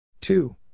two